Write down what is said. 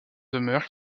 demeure